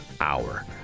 hour